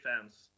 fans